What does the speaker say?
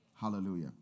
Hallelujah